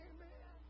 Amen